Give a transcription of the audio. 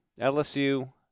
LSU